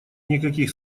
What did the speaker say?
никаких